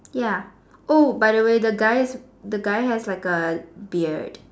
ya oh by the way the guys the guy has like a beard